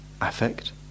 affect